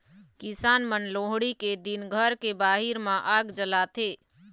किसान मन लोहड़ी के दिन घर के बाहिर म आग जलाथे